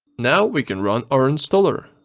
now we can run our installer.